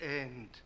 end